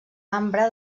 ambre